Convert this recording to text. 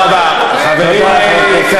תודה רבה, בכל בית.